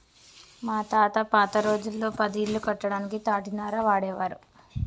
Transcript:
మా తాత పాత రోజుల్లో పది ఇల్లు కట్టడానికి తాటినార వాడేవారు